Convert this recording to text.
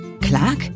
Clark